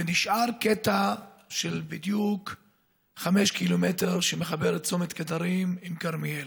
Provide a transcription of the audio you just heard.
ונשאר קטע של חמישה קילומטרים בדיוק שמחבר את צומת קדרים עם כרמיאל.